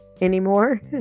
anymore